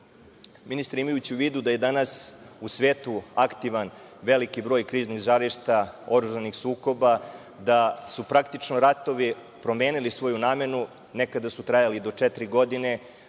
svetu. Ministre, imajući u vidu da je danas u svetu aktivan veliki broj kriznih žarišta, oružanih sukoba, da su praktično ratovi promenili svoju namenu, nekada su trajali do četiri godine,